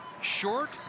short